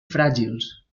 fràgils